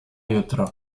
jutro